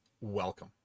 welcome